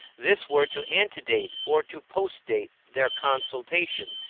this were to antedate or to postdate their consultation,